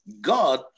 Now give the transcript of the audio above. God